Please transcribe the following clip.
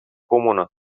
comună